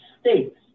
states